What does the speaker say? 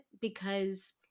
because-